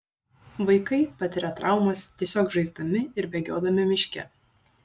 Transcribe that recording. vaikai patiria traumas tiesiog žaisdami ir bėgiodami miške